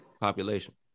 Population